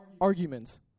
arguments